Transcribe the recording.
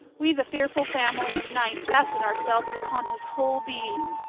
we the fearful family of night fasten ourselves upon his whole being.